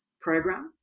Program